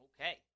Okay